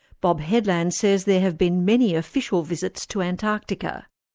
bob headland says there have been many official visits to antarctica.